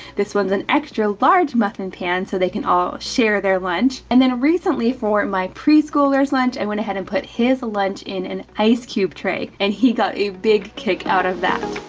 this one's an extra large muffin pan, so they can all share their lunch. and then recently for my preschooler's lunch, i and went ahead and put his lunch in an ice cube tray. and he got a big kick out of that.